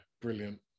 brilliant